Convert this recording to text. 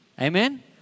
Amen